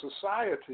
society